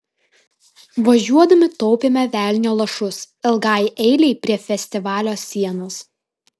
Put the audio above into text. važiuodami taupėme velnio lašus ilgai eilei prie festivalio sienos